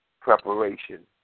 preparation